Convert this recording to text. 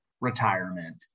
retirement